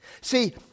See